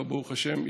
ברוך השם,